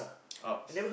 Ups